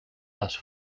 las